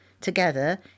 together